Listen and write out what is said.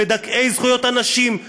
מדכאי זכויות הנשים,